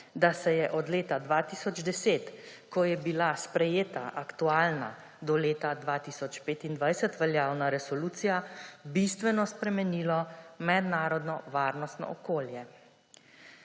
da se je od leta 2010, ko je bila sprejeta aktualna, do leta 2025 veljavna resolucija, bistveno spremenilo mednarodno varnostno okolje.